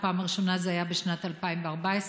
בפעם הראשונה זה היה בשנת 2014,